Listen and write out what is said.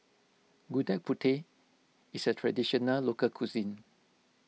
Gudeg Putih is a Traditional Local Cuisine